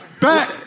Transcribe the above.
Back